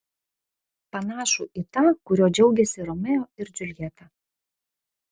panašų į tą kuriuo džiaugėsi romeo ir džiuljeta